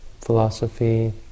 philosophy